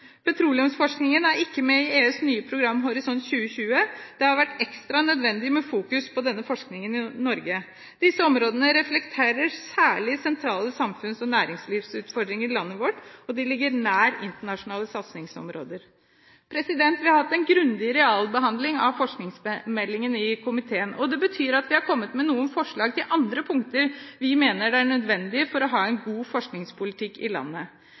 Petroleumsforskningen er ikke med i EUs nye program, Horisont 2020. Det har vært ekstra nødvendig å fokusere på denne forskningen i Norge. Disse områdene reflekterer særlig sentrale samfunns- og næringslivsutfordringer i landet vårt, og de ligger nær internasjonale satsingsområder. Vi har hatt en grundig realbehandling av forskningsmeldingen i komiteen. Det betyr at vi har kommet med noen forslag til andre punkter vi mener er nødvendige for å ha en god forskningspolitikk i landet.